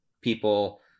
people